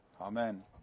Amen